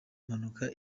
mpanuka